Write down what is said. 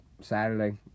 Saturday